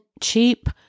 cheap